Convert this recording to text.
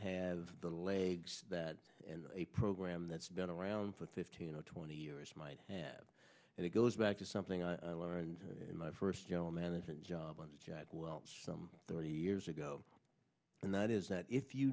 have the legs that and a program that's been around for fifteen or twenty years might have and it goes back to something i learned in my first you know a management job of some thirty years ago and that is that if you